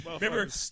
Remember